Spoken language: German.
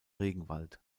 regenwald